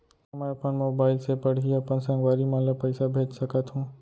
का मैं अपन मोबाइल से पड़ही अपन संगवारी मन ल पइसा भेज सकत हो?